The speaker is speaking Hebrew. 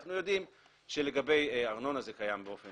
אנחנו יודעים שלגבי ארנונה זה קיים באופן